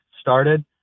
started